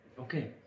Okay